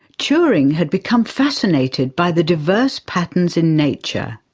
turing had become fascinated by the diverse patterns in nature.